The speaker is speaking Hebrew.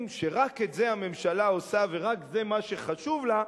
שרק את זה הממשלה עושה ורק זה מה שחשוב לה,